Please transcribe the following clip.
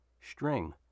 string